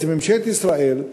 בעצם ממשלת ישראל,